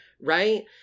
Right